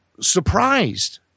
surprised